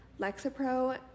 Lexapro